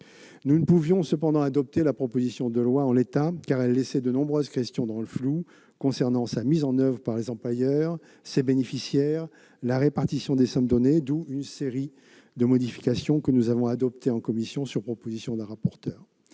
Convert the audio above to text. Nous ne pouvions cependant adopter la proposition de loi en l'état, car elle laissait de nombreuses questions dans le flou concernant sa mise en oeuvre par les employeurs, ses bénéficiaires, la répartition des sommes données. Nous avons donc, sur proposition de la rapporteure,